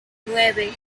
nueve